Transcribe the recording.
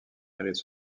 méritent